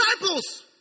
disciples